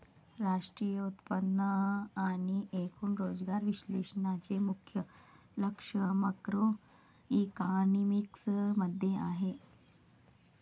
राष्ट्रीय उत्पन्न आणि एकूण रोजगार विश्लेषणाचे मुख्य लक्ष मॅक्रोइकॉनॉमिक्स मध्ये आहे